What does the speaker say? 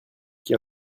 qui